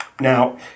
Now